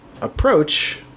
approach